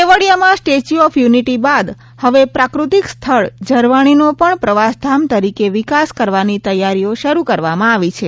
કેવડીયામાં Statue of Unity બાદ હવે પ્રાકૃતિક સ્થળ ઝરવાણીનો પણ પ્રવાસધામ તરીકે વિકાસ કરવાની તેયારીઓ શરૂ કરવામાં આવી છે